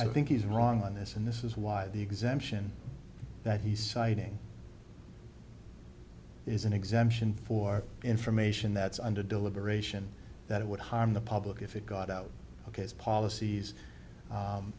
i think he's wrong on this and this is why the exemption that he's citing is an exemption for information that's under deliberation that it would harm the public if it got out of his policies